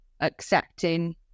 accepting